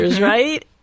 right